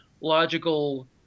logical—